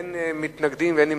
אין מתנגדים ואין נמנעים,